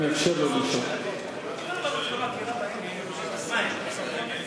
מכירה בהם כיהודים, אז מה הם?